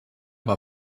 war